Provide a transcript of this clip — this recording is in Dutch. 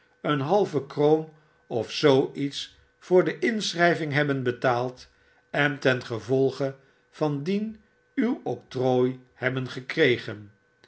een halve kroon of zoo iets voor de inschrijving hebben betaald en ten gevolge van dien uw octrooi hebben verkregen